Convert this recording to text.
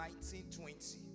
1920